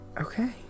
Okay